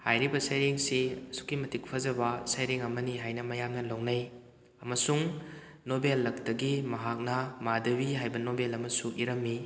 ꯍꯥꯏꯔꯤꯕ ꯁꯩꯔꯦꯡꯁꯤ ꯑꯁꯨꯛꯀꯤ ꯃꯇꯤꯛ ꯐꯖꯕ ꯁꯩꯔꯦꯡ ꯑꯃꯅꯤ ꯍꯥꯏꯅ ꯃꯌꯥꯝꯅ ꯂꯧꯅꯩ ꯑꯃꯁꯨꯡ ꯅꯣꯕꯦꯜ ꯂꯛꯇꯒꯤ ꯃꯍꯥꯛꯅ ꯃꯥꯗꯕꯤ ꯍꯥꯏꯕ ꯅꯣꯕꯦꯜ ꯑꯃꯁꯨ ꯏꯔꯝꯃꯤ